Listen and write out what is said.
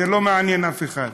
זה לא מעניין אף אחד.